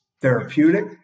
therapeutic